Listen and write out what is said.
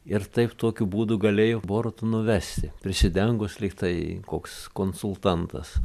ir taip tokiu būdu galėjo borutą nuvesi prisidengus lyg tai koks konsultantas